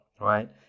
right